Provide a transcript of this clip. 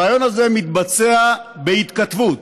הריאיון הזה מתבצע בהתכתבות.